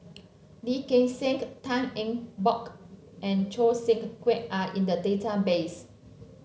Lee Gek Seng Tan Eng Bock and Choo Seng Quee are in the database